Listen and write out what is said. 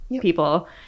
people